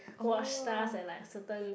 watch stars at like certain